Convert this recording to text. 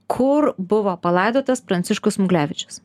kur buvo palaidotas pranciškus smuglevičius